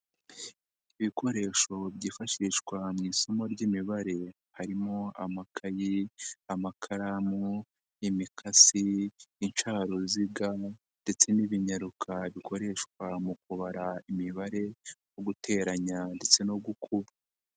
Ibikoresho byifashishwa mu isomo ry'imibare, harimo: amakayi, amakaramu, imikasi, incaruziga ndetse n'ibinyaruka bikoreshwa mu kubara imibare yo guteranya ndetse no gukuba.